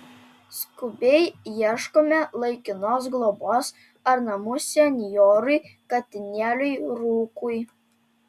skubiai ieškome laikinos globos ar namų senjorui katinėliui rūkui